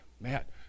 Matt